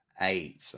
eight